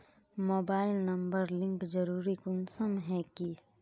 Mobile number link जरुरी कुंसम है की?